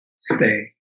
stay